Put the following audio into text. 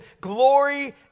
glory